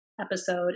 episode